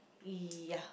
ya